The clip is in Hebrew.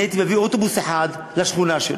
אני הייתי מביא אוטובוס אחד לשכונה שלו,